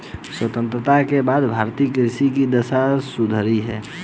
स्वतंत्रता के बाद भारतीय कृषि की दशा सुधरी है